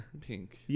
pink